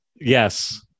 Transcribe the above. Yes